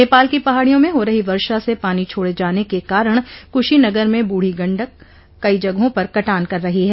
नेपाल की पहाड़ियों में हो रही वर्षा से पानी छोड़े जाने के कारण कुशीनगर में बूढी गंडक कई जगहों पर कटान कर रही है